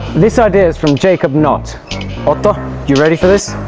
this idea is from jacob knott otto, are you ready for this?